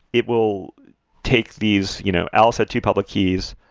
it will take these you know alice had two public keys,